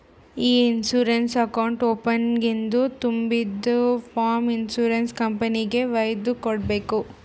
E insurance account ಓಪನಿಂಗ್ದು ತುಂಬಿದು form insurance ಕಂಪನಿಗೆಗ್ ವೈದು ಕೊಡ್ಬೇಕ್